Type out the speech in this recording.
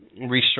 restructure